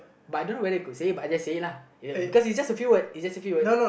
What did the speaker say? but I don't know whether I could say but I just say it lah because it's just a few word it's just a few word